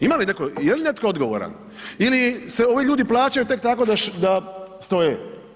Ima li netko, je li netko odgovoran ili se ovi ljudi plaćaju tek tako da stoje?